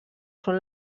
són